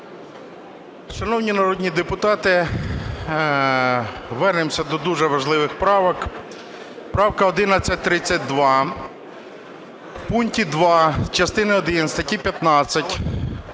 Шановні народні депутати, вернемося до дуже важливих правок. Правка 1132. В пункті 2 частини першої статті 15